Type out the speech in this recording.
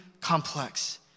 complex